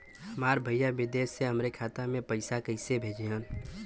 हमार भईया विदेश से हमारे खाता में पैसा कैसे भेजिह्न्न?